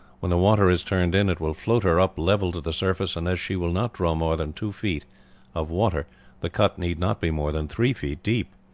when the water is turned in it will float her up level to the surface, and as she will not draw more than two feet of water the cut need not be more than three feet deep.